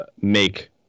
make